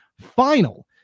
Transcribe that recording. final